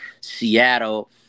Seattle